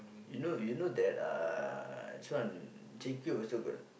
you know you know that uh this one J-Cube also got